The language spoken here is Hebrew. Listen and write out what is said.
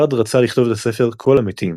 קארד רצה לכתוב את הספר את "קול למתים"